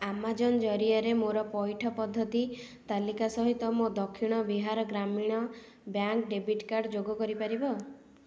Amazon ଜରିଆରେ ମୋର ପଇଠ ପଦ୍ଧତି ତାଲିକା ସହିତ ମୋ ଦକ୍ଷିଣ ବିହାର ଗ୍ରାମୀଣ ବ୍ୟାଙ୍କ ଡେବିଟ୍ କାର୍ଡ଼ ଯୋଗ କରିପାରିବ